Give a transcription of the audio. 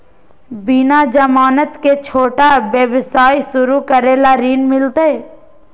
बिना जमानत के, छोटा व्यवसाय शुरू करे ला ऋण मिलतई?